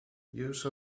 use